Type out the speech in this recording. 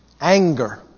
Anger